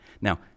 Now